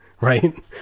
right